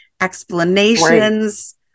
explanations